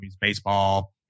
Baseball